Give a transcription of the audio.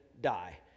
die